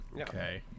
Okay